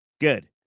Good